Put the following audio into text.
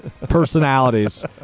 personalities